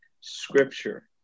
scripture